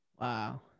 Wow